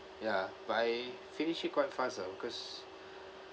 ya but I finish it quite fast ah because